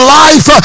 life